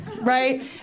right